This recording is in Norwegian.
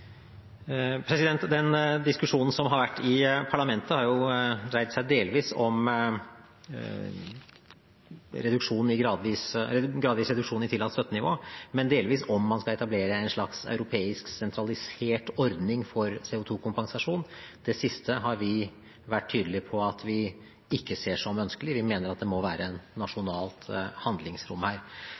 diskusjonen som har vært i parlamentet, har dreid seg delvis om gradvis reduksjon i tillatt støttenivå og delvis om man skal etablere en slags europeisk sentralisert ordning for CO2-kompensasjon. Det siste har vi vært tydelige på at vi ikke ser som ønskelig, vi mener at det må være et nasjonalt handlingsrom her.